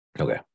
Okay